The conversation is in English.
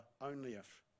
only-if